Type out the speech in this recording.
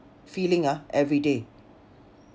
feeling ah every day